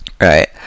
Right